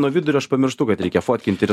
nuo vidurio aš pamirštu kad reikia fotkinti ir